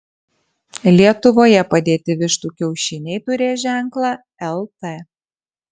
lietuvoje padėti vištų kiaušiniai turės ženklą lt